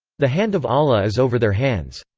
the hand of allah is over their hands.